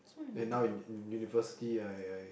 then now in in university I I